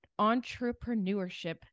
entrepreneurship